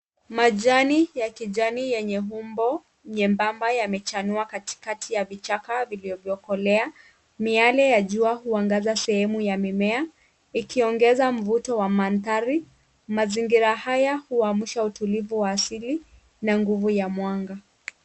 Majani ya kijani yenye umbo nyembamba yamechanua katikati ya vichaka vilivyokolea. Miale ya jua huangaza sehemu ya mimea, ikiongeza mvuto wa mandhari. Mazingira haya huamsha utulivu wa asili na nguvu ya mwanga.